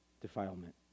defilement